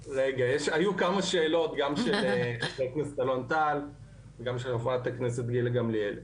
היו כמה שאלות גם של חבר הכנסת אלון טל וגם של חברת הכנסת גילה גמליאל.